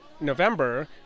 November